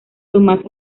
tomás